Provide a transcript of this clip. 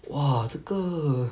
!wah! 这个